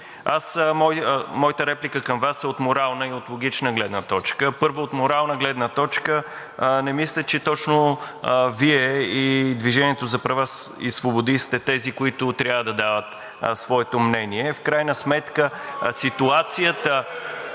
Моята реплика към Вас е от морална и от логична гледна точка. Първо, от морална гледна точка. Не мисля, че точно Вие и „Движение за права и свободи“ сте тези, които трябва да дават своето мнение. (Възгласи от